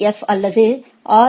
F அல்லது R